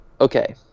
okay